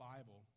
Bible